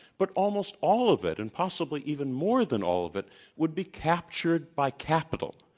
but almost all of it, and possibly even more than all of it would be captured by capital,